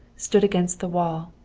stood against the wall,